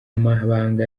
mabanga